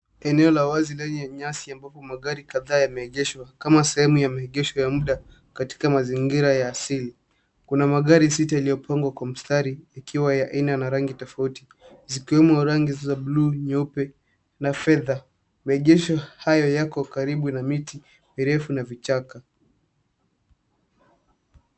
Eneo la wazi lenye nyasi, ambapo magari kadhaa yamegeshwa kama sehemu ya maegesho ya muda katika mazingira ya asili. Kuna magari sita yaliopangwa kwa mstari, yakiwa ya aina na rangi tofauti. Zikiwemo rangi za blue , nyeupe na fedha. Magari hayo yameegeshwa karibu na miti mirefu na vichaka.